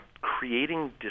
creating